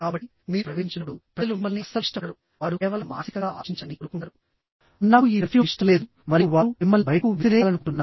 కాబట్టి మీరు ప్రవేశించినప్పుడు ప్రజలు మిమ్మల్ని అస్సలు ఇష్టపడరు వారు కేవలం మానసికంగా ఆలోచించాలని కోరుకుంటారు ఓహ్ నాకు ఈ పెర్ఫ్యూమ్ ఇష్టం లేదు మరియు వారు మిమ్మల్ని బయటకు విసిరేయాలనుకుంటున్నారు